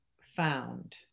found